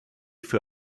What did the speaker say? für